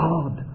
God